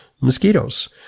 mosquitoes